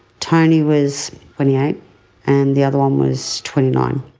tony was twenty eight and the other one was twenty nine.